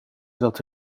dat